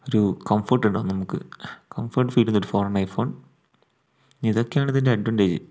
ഒരു കംഫോർട്ട് ഉണ്ടാവും നമുക്ക് കംഫോർട്ട് ഫീൽ തരുന്നൊരു ഫോണാണ് ഐ ഫോൺ ഇതൊക്കെ ആണ് ഇതിൻ്റെ അഡ്വാൻറ്റേജ്